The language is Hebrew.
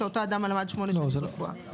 שאותו אדם למד שמונה שנים רפואה.